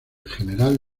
general